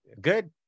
Good